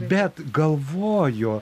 bet galvoju